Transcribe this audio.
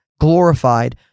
glorified